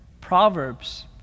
Proverbs